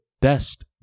best